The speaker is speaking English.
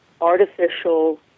artificial